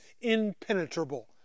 impenetrable